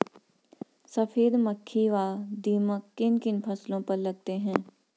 सफेद मक्खी व दीमक किन किन फसलों पर लगते हैं?